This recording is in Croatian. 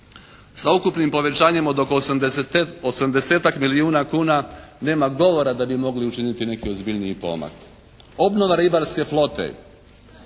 sa ukupnim povećanjem od oko osamdesetak milijuna kuna nema govora da bi mogli učiniti neki ozbiljniji pomak. Obnova ribarske flote,